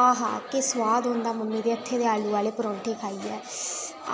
आहा केह् सुआद होंदा मम्मीं दे हत्थें दा आलू आह्ली परोंठी खाइयै